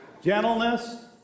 gentleness